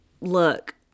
look